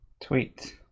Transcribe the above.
Tweet